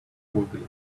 movie